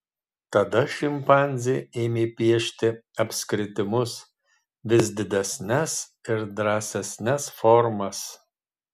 tada šimpanzė ėmė piešti apskritimus vis didesnes ir drąsesnes formas